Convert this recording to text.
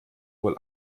wohl